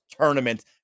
tournament